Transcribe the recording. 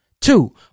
Two